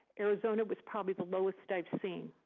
arizona was probably the lowest i've seen.